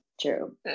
True